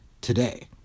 today